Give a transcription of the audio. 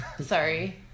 Sorry